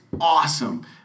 awesome